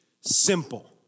simple